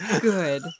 Good